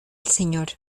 señor